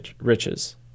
riches